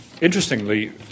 Interestingly